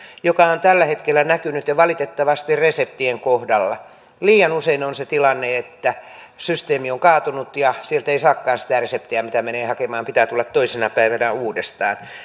mikä on tällä hetkellä näkynyt ja valitettavasti reseptien kohdalla liian usein on se tilanne että systeemi on kaatunut ja sieltä ei saakaan sitä reseptiä mitä menee hakemaan vaan pitää tulla toisena päivänä uudestaan